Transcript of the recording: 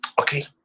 okay